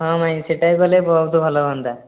ହଁ ମାଇଁ ସେଇଟା ବି କଲେ ବହୁତ ଭଲ ହୁଅନ୍ତା